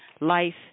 life